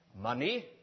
Money